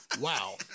Wow